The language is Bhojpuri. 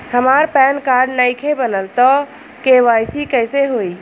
हमार पैन कार्ड नईखे बनल त के.वाइ.सी कइसे होई?